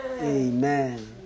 Amen